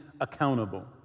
accountable